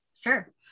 Sure